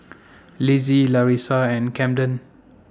Lizzie Larissa and Camden